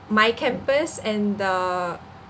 my campus and the